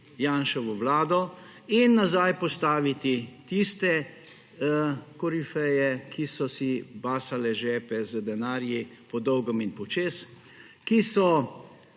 Janševo vlado in nazaj postaviti tiste korifeje, ki so si basali žepe z denarji po dolgem in počez, ki so